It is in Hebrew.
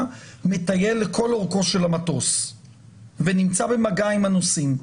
מטייל לכל אורכו של המטוס ונמצא במגע עם הנוסעים.